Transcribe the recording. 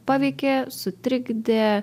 paveikė sutrikdė